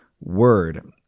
word